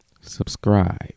subscribe